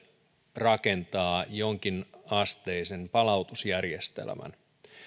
rakentaa jonkinasteisen palautusjärjestelmän